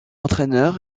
entraîneur